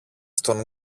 στον